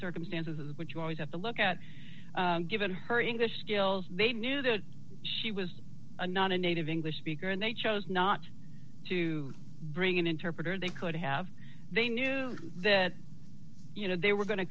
circumstances is what you always have to look at given her english skills they knew that she was not a native english speaker and they chose not to bring an interpreter they could have they knew that you know they were going to